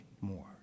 more